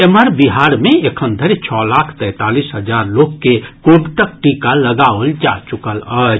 एम्हर बिहार मे एखन धरि छओ लाख तैंतालीस हजार लोक के कोविडक टीका लगाओल जा चुकल अछि